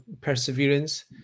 perseverance